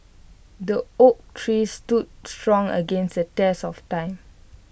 the oak tree stood strong against the test of time